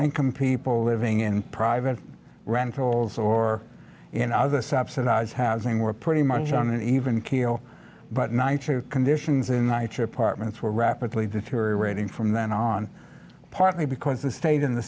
income people living in private rentals or in other subsidized housing were pretty much on an even keel but nine truth conditions in my trip partment were rapidly deteriorating from then on partly because they stayed in the